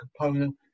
component